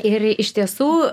ir iš tiesų